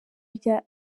rya